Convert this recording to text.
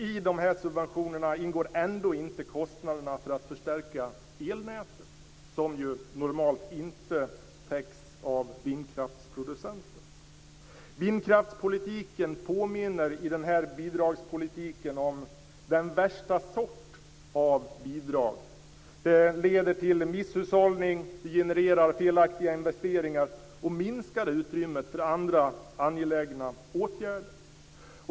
I de här subventionerna ingår ändå inte kostnaderna för att förstärka elnätet, som ju normalt inte täcks av vindkraftsproducenten. Vindkraftspolitiken påminner i fråga om bidragspolitiken om den värsta sort av bidrag. Det leder till misshushållning, det genererar felaktiga investeringar och minskar utrymmet för andra angelägna åtgärder.